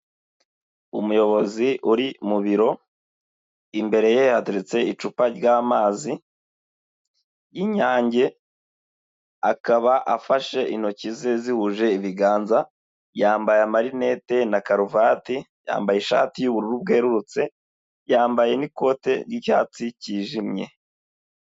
Umuyobozi uri mu biro, imbere ye hateretse icupa ry'amazi y'inyange, akaba afashe intoki ze zihuje ibiganza, yambaye amarinete na karuvati, yambaye ishati y'ubururu bwerurutse, yambaye n'ikote ry'icyatsi cyijimye.